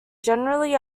generally